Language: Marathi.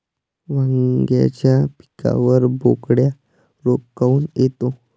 वांग्याच्या पिकावर बोकड्या रोग काऊन येतो?